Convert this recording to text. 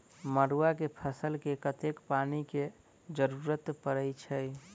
मड़ुआ केँ फसल मे कतेक पानि केँ जरूरत परै छैय?